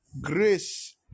grace